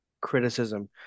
criticism